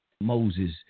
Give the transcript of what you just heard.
Moses